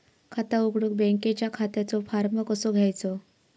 खाता उघडुक बँकेच्या खात्याचो फार्म कसो घ्यायचो?